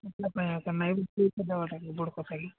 ଆ ପାଇଁ ନାଇଁ ତ ପଇସା ଦେବାଟା କେଉଁ ବଡ଼କଥା କି